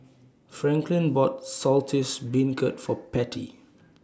Franklyn bought Saltish Beancurd For Patty